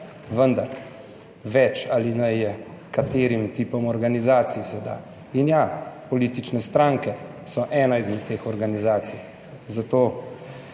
vendar, več alinej je, katerim tipom organizacij se da. In ja, politične stranke so ena izmed teh organizacij, zato